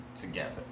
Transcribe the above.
together